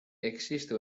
existe